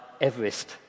Everest